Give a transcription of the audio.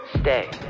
Stay